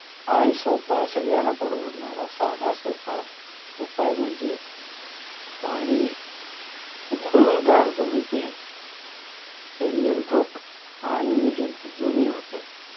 आणि सोपा सगळ्यांना परवडणारा साधा सोपा उपाय म्हणजे पाणी उकळून गार करून पिणे हे निर्धोक आणि निर्जंतुक दोन्ही होतं आहे